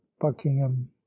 buckingham